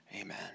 Amen